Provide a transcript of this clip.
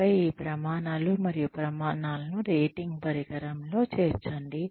ఆపై ఈ ప్రమాణాలు మరియు ప్రమాణాలను రేటింగ్ పరికరంలో చేర్చండి